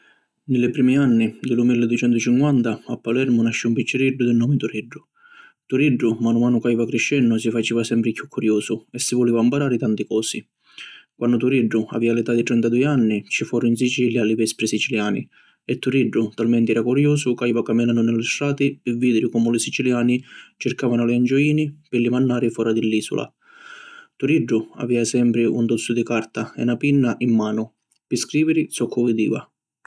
Ni li primi anni di lu milli ducentu cinquanta a Palermu nascì un picciriddu di nomi Turiddu. Turiddu manu manu ca jiva criscennu si faciva sempri chiù curiusu e si vuliva mparari tanti cosi. Quannu Turiddu avìa l’età di trentadui anni ci foru in Sicilia li Vespri Siciliani e Turiddu talmenti era curiusu ca jiva caminannu ni li strati pi vidiri comu li siciliani circavanu a li Angioini pi li mannari fora di l’isula. Turiddu avìa sempri un tozzu di carta e na pinna in manu pi scriviri zoccu vidiva.